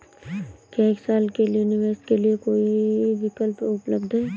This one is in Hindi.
क्या एक साल के निवेश के लिए कोई विकल्प उपलब्ध है?